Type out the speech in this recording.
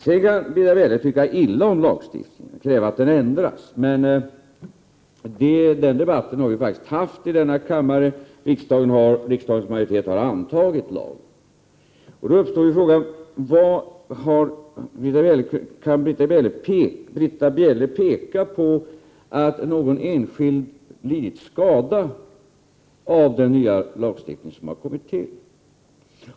Sedan kan Britta Bjelle tycka illa om lagstiftningen och kräva att den ändras. Men den debatten har vi faktiskt haft i denna kammare. Riksdagens majoritet har antagit lagen. Då uppstår frågan: Kan Britta Bjelle peka på att någon enskild har lidit skada av den nya lagstiftningen?